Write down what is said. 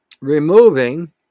removing